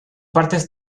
partes